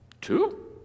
Two